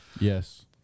Yes